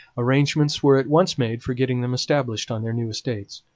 arrangements were at once made for getting them established on their new estates.